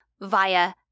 via